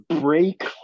break